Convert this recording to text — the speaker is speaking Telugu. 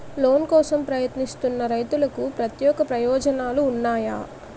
లోన్ కోసం ప్రయత్నిస్తున్న రైతులకు ప్రత్యేక ప్రయోజనాలు ఉన్నాయా?